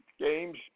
Games